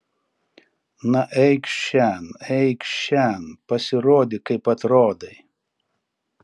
na eikš šen eikš šen pasirodyk kaip atrodai